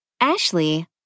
Ashley